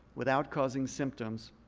without causing symptoms,